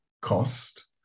cost